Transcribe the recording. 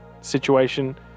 situation